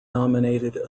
nominated